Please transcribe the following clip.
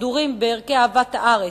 החדורים בערכי אהבת הארץ.